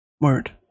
Word